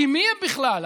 כי מי הם בכלל?